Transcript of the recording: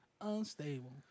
Unstable